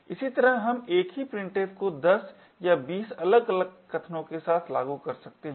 इसी तरह से हम एक ही printf को 10 या 20 अलग अलग कथनों के साथ लागू कर सकते हैं